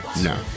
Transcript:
No